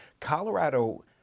Colorado